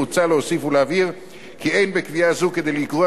מוצע להוסיף ולהבהיר כי אין בקביעה זו כדי לגרוע